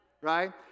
Right